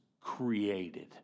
created